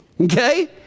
okay